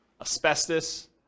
asbestos